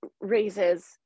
raises